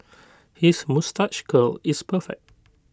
his moustache curl is perfect